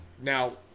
Now